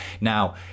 Now